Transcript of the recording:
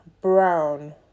Brown